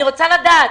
אני רוצה לדעת